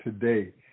today